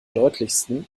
deutlichsten